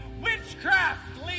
witchcraft